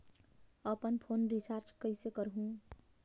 अपन phone recharge कइसे करहु?